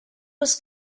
was